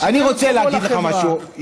שילם את חובו לחברה.